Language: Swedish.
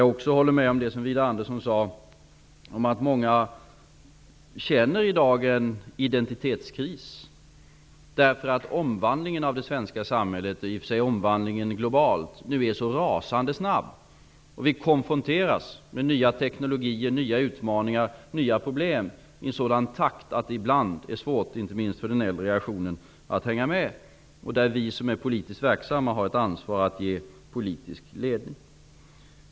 Jag håller också med om det Widar Andersson sade om att många i dag känner av en identitetskris, därför att omvandlingen av det svenska samhället och den omvandling som sker globalt är så rasande snabb. Vi konfronteras med nya teknologier, nya utmaningar och nya problem i sådan takt att det ibland, inte minst för den äldre generationen, är svårt att hänga med. Vi som är politiskt verksamma har ett ansvar för att ge politisk ledning.